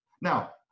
Now